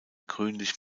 grünlich